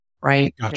right